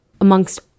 amongst